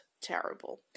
terrible